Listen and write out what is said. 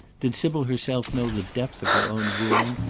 did sybil herself know the depth of her own wound?